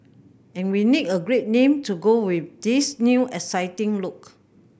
and we need a great name to go with this new exciting look